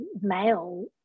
male